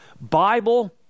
Bible